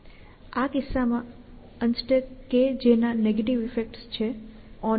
આ કિસ્સામાં UnstackKJ ના નેગેટિવ ઈફેક્ટ્સ છે OnKJ